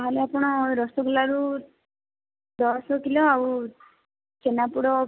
ତାହେଲେ ଆପଣ ରସଗୋଲାରୁ ଦଶ କିଲୋ ଆଉ ଛେନାପୋଡ଼